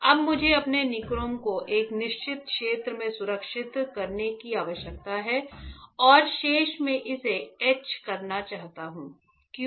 अब मुझे अपने निक्रोम को एक निश्चित क्षेत्र में सुरक्षित करने की आवश्यकता है और शेष मैं इसे ईच करना चाहता हूँ क्यों